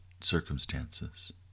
circumstances